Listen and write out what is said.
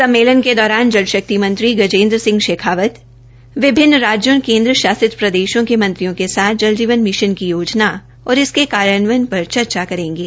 सम्मेन के दौरान जल शक्ति मंत्री गजेन्द्र सिंह शेखावत विभिन्न राज्यों और केन्द्र शासित प्रदेशों के मंत्रियों के साथ जल जीवन मिशन की योजना और इसके कार्यान्व्यन पर चर्चा करेंगे